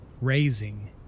raising